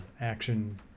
action